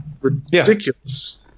Ridiculous